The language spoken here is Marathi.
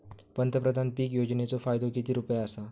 पंतप्रधान पीक योजनेचो फायदो किती रुपये आसा?